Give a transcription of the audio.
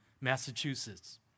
Massachusetts